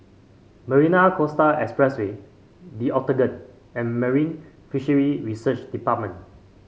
Marina Coastal Expressway The Octagon and Marine Fisheries Research Department